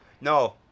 No